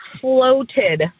floated